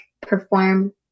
perform